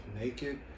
naked